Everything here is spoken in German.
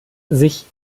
sich